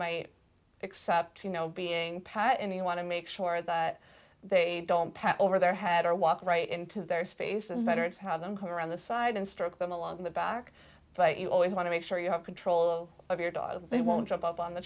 might except you know being patted me want to make sure that they don't pass over their head or walk right into their space is better to have them come around the side and stroke them along the back but you always want to make sure you have control of your dog they won't jump up on the